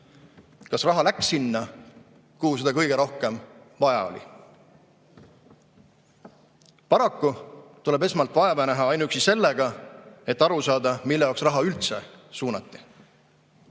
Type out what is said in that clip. Kas raha läks sinna, kus seda kõige rohkem vaja on? Paraku tuleb esmalt vaeva näha ainuüksi sellega, et aru saada, mille jaoks raha üldse suunati.